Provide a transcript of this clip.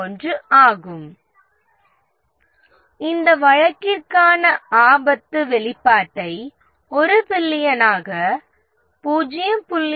01 ஆகும் இந்த வழக்கிற்கான ரிஸ்கின் வெளிப்பாட்டை 1 பில்லியனிலிருந்து 0